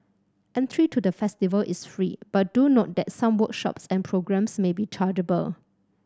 entry to the festival is free but do note that some workshops and programmes may be chargeable